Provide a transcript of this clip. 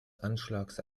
anschlags